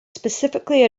specifically